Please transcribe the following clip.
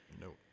Nope